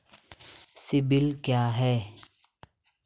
CIBIL क्या है?